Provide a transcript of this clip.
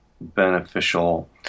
beneficial